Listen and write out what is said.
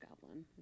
goblin